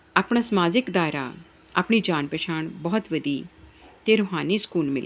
ਆਪਣਾ ਸਮਾਜਿਕ ਦਾਇਰਾ ਆਪਣੀ ਜਾਣ ਪਛਾਣ ਬਹੁਤ ਵਧੀ ਅਤੇ ਰੂਹਾਨੀ ਸਕੂਨ ਮਿਲਿਆ